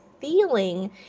feeling